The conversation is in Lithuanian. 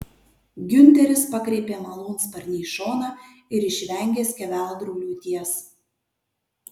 giunteris pakreipė malūnsparnį į šoną ir išvengė skeveldrų liūties